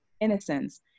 innocence